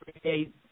create